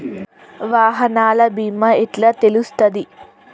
వాహనాల బీమా ఎట్ల తెలుస్తది?